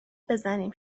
بزنیم